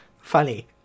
funny